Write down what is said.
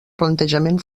plantejament